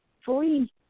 free